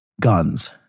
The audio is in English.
guns